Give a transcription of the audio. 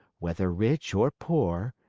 whether rich or poor,